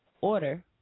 order